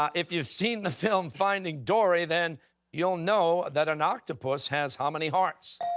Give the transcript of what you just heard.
um if you've seen the film finding dory, then you'll know that an octopus has how many hearts?